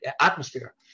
atmosphere